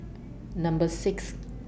Number six